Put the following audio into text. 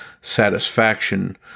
satisfaction